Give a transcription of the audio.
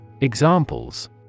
Examples